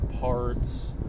parts